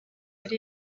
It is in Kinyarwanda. ari